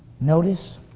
Notice